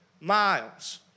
miles